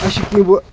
اَسہِ چھِ کیٚنٛہہ وۄنۍ